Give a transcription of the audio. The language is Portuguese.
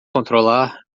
controlar